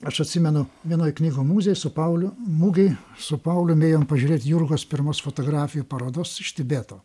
aš atsimenu vienoj knygų muzėj su pauliu mugėj su paulium ėjome pažiūrėti jurgos pirmos fotografijų parodos iš tibeto